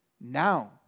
now